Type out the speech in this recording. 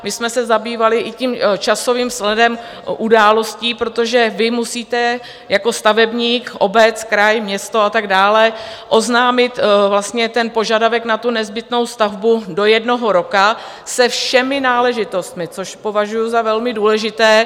My jsme se zabývali i časovým sledem událostí, protože vy musíte jako stavebník, obec, kraj, město a tak dále, oznámit požadavek na nezbytnou stavbu do jednoho roku se všemi náležitostmi, což považuji za velmi důležité.